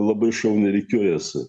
labai šauniai rikiuojasi